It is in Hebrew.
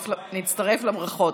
נצטרף לברכות.